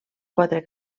quatre